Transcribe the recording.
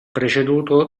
preceduto